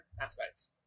aspects